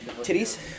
Titties